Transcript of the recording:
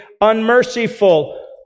unmerciful